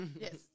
Yes